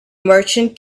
merchant